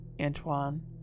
Antoine